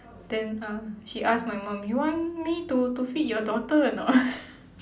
then uh she ask my mum you want me to to feed your daughter or not